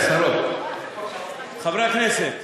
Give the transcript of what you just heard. אדוני היושב-ראש, חברי חברי הכנסת,